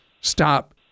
stop